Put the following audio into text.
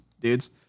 dudes